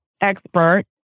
expert